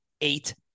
eight